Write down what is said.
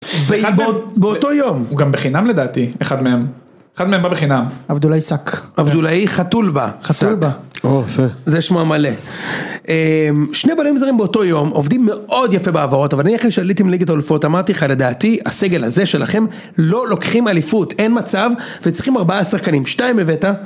באותו יום, הוא גם בחינם לדעתי, אחד מהם, אחד מהם בא בחינם, אבדולאי שק, אבדולאי חתולבה, חתול בשק, זה שמו המלא. שני בניים זרים באותו יום, עובדים מאוד יפה בהעברות, אבל אני חושב שעליתם ליגת אלפות, אמרתי לדעתי, הסגל הזה שלכם, לא לוקחים אליפות, אין מצב, וצריכים ארבעה שחקנים, שתיים הבאת.